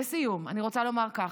לסיום, אני רוצה לומר כך: